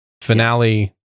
Finale